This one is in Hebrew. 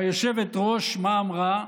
והיושבת-ראש, מה אמרה?